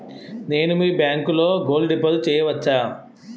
నేను మీ బ్యాంకులో గోల్డ్ డిపాజిట్ చేయవచ్చా?